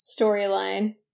storyline